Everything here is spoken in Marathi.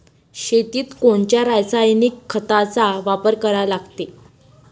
शेतीत कोनच्या रासायनिक खताचा वापर करा लागते?